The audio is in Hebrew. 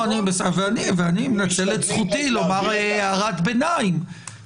אני מנצל את זכותי לומר הערת ביניים.